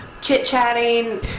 chit-chatting